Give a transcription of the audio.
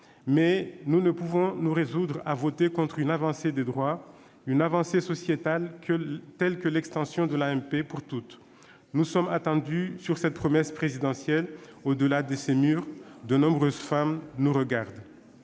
Mais nous ne pouvons nous résoudre à voter contre une avancée des droits, une avancée sociétale telle que l'extension de l'AMP pour toutes. Nous sommes attendus sur cette promesse présidentielle : au-delà de ces murs, de nombreuses femmes nous regardent